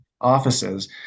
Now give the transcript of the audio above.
offices